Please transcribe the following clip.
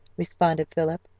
responded philip,